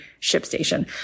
ShipStation